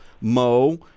Mo